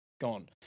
gone